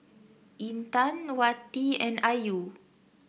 Intan Wati and Ayu